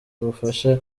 bufasha